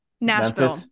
Nashville